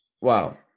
Wow